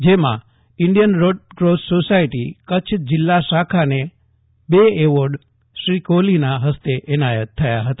જેમાં Indian Red Cross society Kutch જિલ્લા શાખાને બે એવેર્ડ શ્રી કોહલીના હસ્તે એનાયત થયા હતા